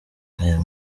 aya